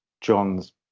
John's